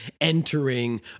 entering